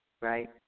right